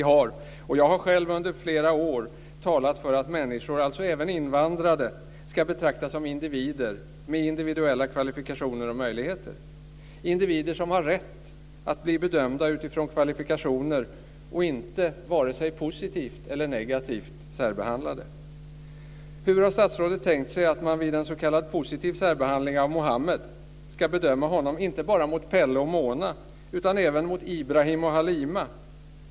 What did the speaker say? Jag har själv under flera år talat för att människor, alltså även invandrade, ska betraktas som individer, med individuella kvalifikationer och möjligheter, individer som har rätt att bli bedömda utifrån kvalifikationer och inte vare sig positivt eller negativt särbehandlade. Hur har statsrådet tänkt sig att man vid en s.k. positiv särbehandling av Muhammed ska bedöma honom inte bara mot Pelle och Mona, utan även mot Ibrahim och Halima?